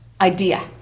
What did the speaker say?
idea